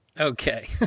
Okay